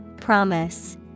Promise